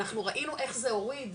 אנחנו ראינו איך זה הוריד,